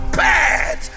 bad